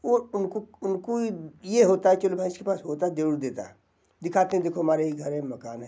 वो तो उनको उनको ये होता है चलो भाई इसके पास होता तो जरूर देता दिखाते हैं देखो हमारा ये घर है मकान है